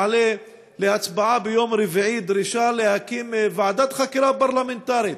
מעלה להצבעה ביום רביעי דרישה להקים ועדת חקירה פרלמנטרית.